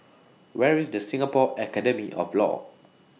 Where IS The Singapore Academy of law